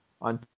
on